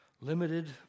Limited